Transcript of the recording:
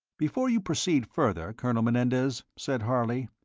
before you proceed further, colonel menendez, said harley,